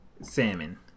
salmon